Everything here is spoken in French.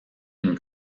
une